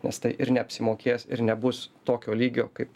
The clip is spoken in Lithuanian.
nes tai ir neapsimokės ir nebus tokio lygio kaip